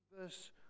Verse